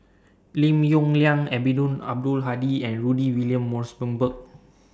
Lim Yong Liang Eddino Abdul Hadi and Rudy William Mosbergen